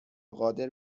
قادر